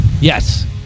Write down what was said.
Yes